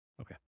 Okay